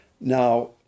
Now